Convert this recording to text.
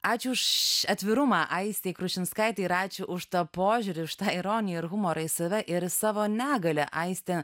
ačiū už atvirumą aistei krušinskaitei ir ačiū už tą požiūrį už tą ironiją humorą į save ir į savo negalią aistė